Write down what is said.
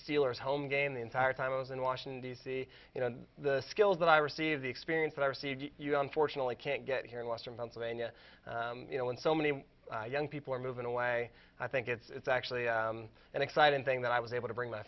steelers home game the entire time i was in washington d c you know the skills that i receive the experience that i received you don't fortunately can't get here in western pennsylvania you know in so many young people are moving away i think it's actually an exciting thing that i was able to bring my